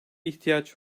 ihtiyaç